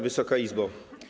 Wysoka Izbo!